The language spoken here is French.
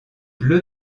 bleu